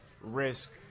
risk